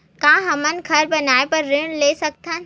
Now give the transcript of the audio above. का हमन घर बनाए बार ऋण ले सकत हन?